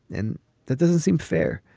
and that doesn't seem fair.